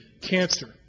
cancer